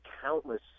countless